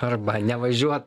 arba nevažiuo